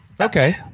okay